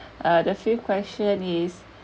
uh the fifth question is